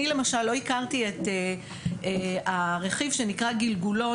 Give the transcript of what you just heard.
אני למשל לא הכרתי את הרכיב שנקרא גלגולון